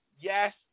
yes